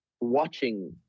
watching